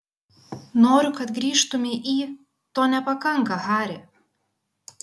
noriu kad grįžtumei į to nepakanka hari